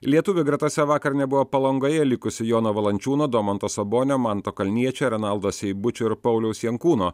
lietuvių gretose vakar nebuvo palangoje likusių jono valančiūno domanto sabonio manto kalniečio renaldo seibučio ir pauliaus jankūno